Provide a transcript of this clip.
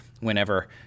whenever